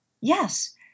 Yes